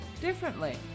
differently